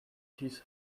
his